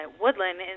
Woodland